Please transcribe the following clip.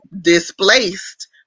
displaced